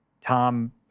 Tom